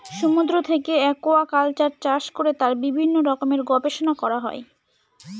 সমুদ্র থেকে একুয়াকালচার চাষ করে তার বিভিন্ন রকমের গবেষণা করা হয়